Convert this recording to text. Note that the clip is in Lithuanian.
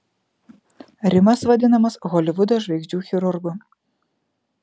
rimas vadinamas holivudo žvaigždžių chirurgu